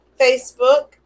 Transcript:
Facebook